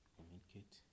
communicate